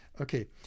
Okay